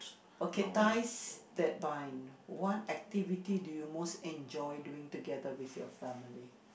okay ties that bind what activity do you most enjoy doing together with your family